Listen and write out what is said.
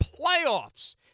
playoffs